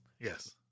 Yes